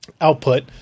output